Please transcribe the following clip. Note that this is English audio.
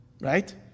Right